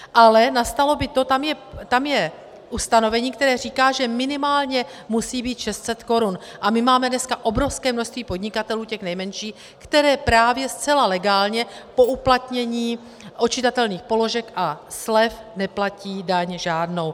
Ale nastalo by to, tam je ustanovení, které říká, že minimálně musí být 600 korun, a my máme dneska obrovské množství podnikatelů těch nejmenších, kteří právě zcela legálně po uplatnění odčitatelných položek a slev neplatí daň žádnou.